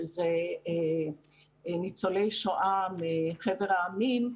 שזה ניצולי שואה מחבר העמים,